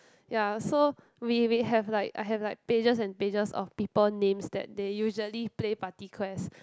ya so we may have like I have like pages and pages of people names that they usually play party quest